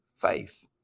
faith